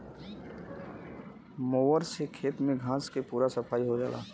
mower से खेत में घास के पूरा सफाई हो जाला